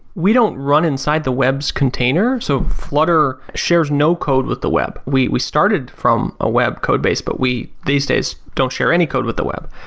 we don't run inside the web's container. so flutter shares no code with the web, we we started from a web code base but we these days, don't share any code with the web.